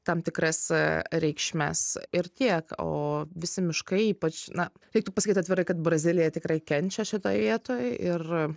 tam tikras reikšmes ir tiek o visi miškai ypač na reiktų pasakyt atvirai kad brazilija tikrai kenčia šitoj vietoj ir